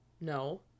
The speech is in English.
No